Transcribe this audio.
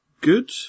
good